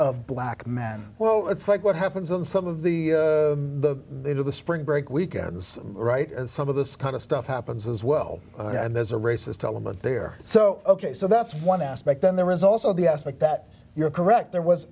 of black man well it's like what happens on some of the the they do the spring break weekends right and some of this kind of stuff happens as well and there's a racist element there so ok so that's one aspect then there was also the aspect that you're correct there was